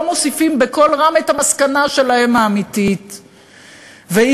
מוסיפים בקול רם את המסקנה האמיתית שלהם,